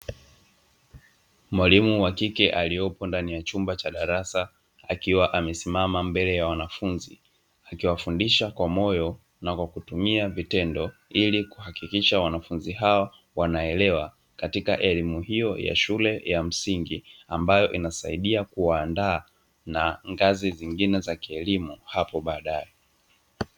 Mwalimu wakike aliyepo katika darasa akiwa amesimama mbele ya wanafunzi, akiwafundisha kwa moyo na kwa kutumia vitendo ili kuhakikisha wanafunzi hao wanaelewa katika elimu hiyo ya shule ya msingi inayosaidia kuwaandaa na ngazi zingine za kielimu.